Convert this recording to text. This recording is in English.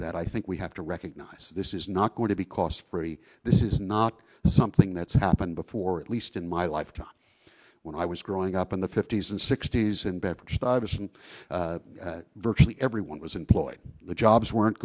that i think we have to recognize this is not going to be cost free this is not something that's happened before at least in my lifetime when i was growing up in the fifty's and sixty's in bedford stuyvesant virtually everyone was employed the jobs weren't